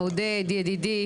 ידידי עודד,